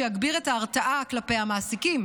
שיגביר את ההרתעה כלפי המעסיקים,